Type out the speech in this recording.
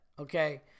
okay